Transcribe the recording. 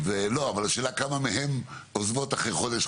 אבל השאלה כמה מהן עוזבות אחרי חודש,